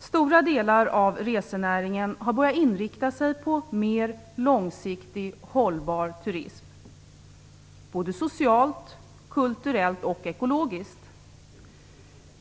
Stora delar av resenäringen har börjat inrikta sig på mer långsiktigt hållbar turism - både socialt, kulturellt och ekologiskt.